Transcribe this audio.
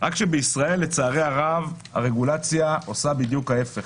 רק שבישראל לצערי הרב הרגולציה עושה בדיוק ההפך.